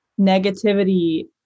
negativity